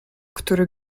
który